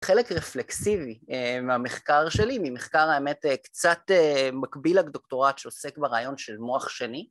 חלק רפלקסיבי מהמחקר שלי, ממחקר האמת קצת מקביל לדוקטורט שעוסק ברעיון של מוח שני